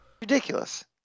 Ridiculous